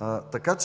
за какво